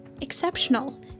exceptional